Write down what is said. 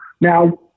now